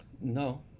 No